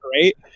great